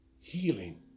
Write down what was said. healing